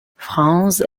franz